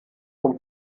vom